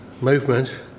Movement